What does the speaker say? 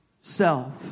self